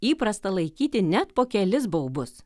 įprasta laikyti net po kelis baubus